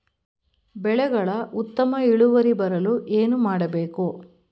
ಬೆಳೆಗಳ ಉತ್ತಮ ಇಳುವರಿ ಬರಲು ಏನು ಮಾಡಬೇಕು?